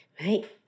Right